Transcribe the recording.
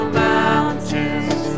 mountains